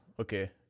Okay